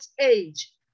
age